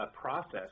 process